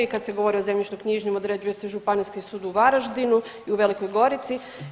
Kad se govori o zemljišno-knjižnim određuje se Županijski sud u Varaždinu i u Velikoj Gorici.